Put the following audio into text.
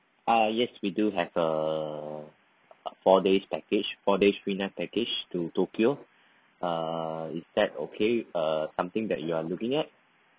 ah yes we do have a a four days package four days three nights package to tokyo uh is that okay uh something that you are looking at